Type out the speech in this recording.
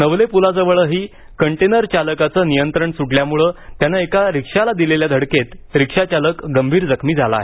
नवले पुलाजवळही कंटेनरचालकाचं नियंत्रण सूटल्यानं त्यानं एका रिक्षाला दिलेल्या धडकेत रिक्षाचालक गंभीर जखमी झाला आहे